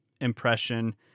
impression